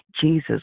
Jesus